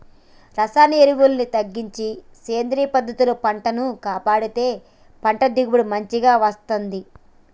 రసాయన ఎరువుల్ని తగ్గించి సేంద్రియ పద్ధతుల్లో పంటను కాపాడితే పంట దిగుబడి మంచిగ వస్తంది